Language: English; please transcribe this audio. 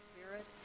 spirit